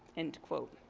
end quote.